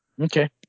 Okay